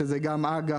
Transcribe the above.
שזה גם אג"ח,